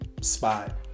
spot